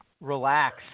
relax